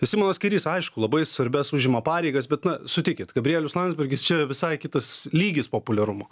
simonas kairys aišku labai svarbias užima pareigas bet na sutikit gabrielius landsbergis čia visai kitas lygis populiarumo